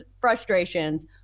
frustrations